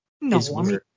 No